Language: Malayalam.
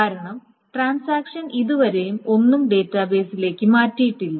കാരണം ട്രാൻസാക്ഷൻ ഇതുവരെ ഒന്നും ഡാറ്റാബേസിലേക്ക് മാറ്റിയിട്ടില്ല